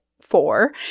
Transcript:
four